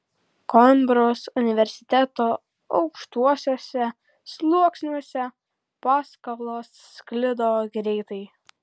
koimbros universiteto aukštuosiuose sluoksniuose paskalos sklido greitai